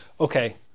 okay